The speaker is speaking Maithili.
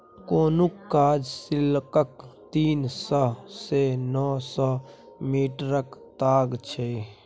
कोकुन काँच सिल्कक तीन सय सँ नौ सय मीटरक ताग छै